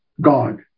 God